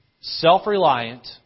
self-reliant